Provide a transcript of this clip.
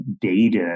data